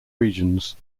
regions